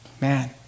man